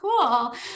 cool